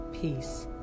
Peace